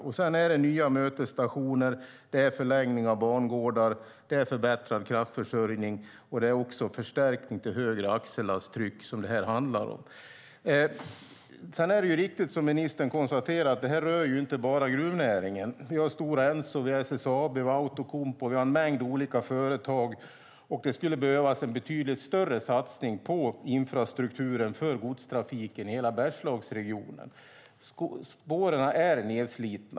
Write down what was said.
Vidare handlar det om nya mötesstationer, en förlängning av bangårdar, en förbättrad kraftförsörjning och en förstärkning till ett högre axellasttryck. Det är riktigt att det här, som ministern konstaterar, inte rör bara gruvnäringen. Vi har också Stora Enso, SSAB, Outokumpu - ja, en mängd olika företag. Det skulle behövas en betydligt större satsning på infrastrukturen för godstrafiken i hela Bergslagsregionen. Spåren är nedslitna.